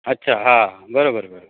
अच्छा हा बरोबर बरोबर